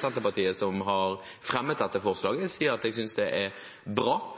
Senterpartiet, som har fremmet dette forslaget, at jeg synes det er bra